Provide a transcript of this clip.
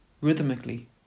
rhythmically